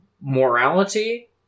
morality